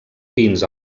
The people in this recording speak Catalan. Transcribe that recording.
pins